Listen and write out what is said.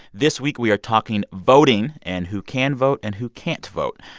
this week, we are talking voting and who can vote and who can't vote.